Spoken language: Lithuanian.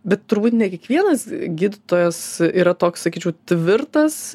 bet turbūt ne kiekvienas gydytojas yra toks sakyčiau tvirtas